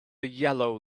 yellow